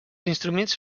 instruments